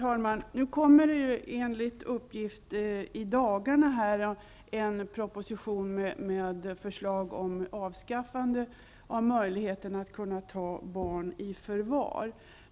Herr talman! I dagarna kommer enligt uppgift en proposition med förslag om avskaffande av möjligheten att ta barn i förvar.